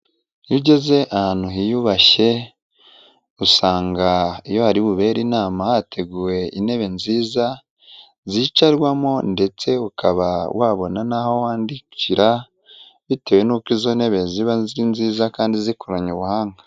Iyo ugeze ahantu hiyubashye usanga iyo hari bubere inama hateguwe intebe nziza zicarwamo ndetse ukaba wabona naho wandikira bitewe n'uko izo ntebe ziba ari nziza kandi zikoranye ubuhanga.